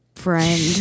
friend